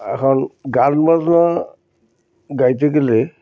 এখন গান বাজনা গাইতে গেলে